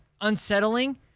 unsettling